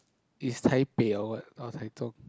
is Taipei or what or Taichung